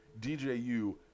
DJU